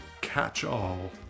catch-all